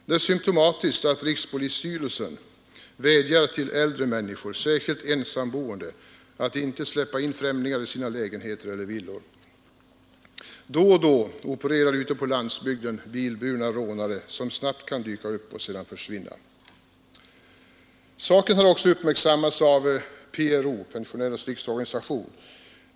Det är symtomatiskt att rikspolisstyrelsen vädjar till äldre människor, särskilt ensamboende, att inte släppa in främlingar i sina lägenheter eller villor. Då och då opererar ute på landsbygden bilburna rånare, som snabbt kan dyka upp och sedan försvinna. Saken har också uppmärksammats av Pensionärernas riksorganisation.